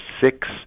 six